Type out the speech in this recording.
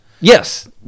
Yes